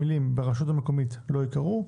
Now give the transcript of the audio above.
המילים "ברשות המקומית" לא ייקראו,